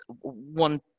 one